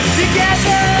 together